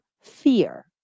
fear